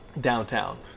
downtown